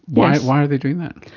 why why are they doing that?